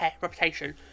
reputation